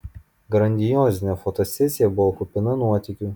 grandiozinė fotosesija buvo kupina nuotykių